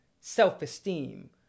Self-esteem